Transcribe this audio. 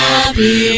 Happy